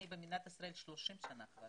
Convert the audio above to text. אני במדינת ישראל 30 שנה כבר